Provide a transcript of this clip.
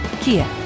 Kia